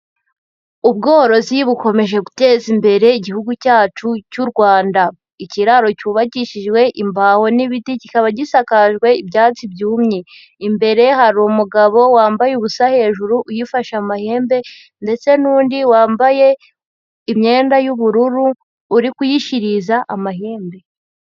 Ubworozi bukomeje guteza imbere igihugu cyacu cy'u Rwanda. Ikiraro cyubakishijwe imbaho n'ibiti, kikaba gisakajwe ibyatsi byumye. Imbere hari umugabo wambaye ubusa hejuru uyifashe amahembe ndetse n'undi wambaye imyenda y'ubururu uri kuyishiririza amahembe.